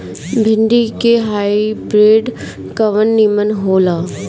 भिन्डी के हाइब्रिड कवन नीमन हो ला?